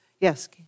Yes